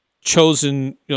chosen